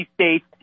states